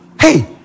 Hey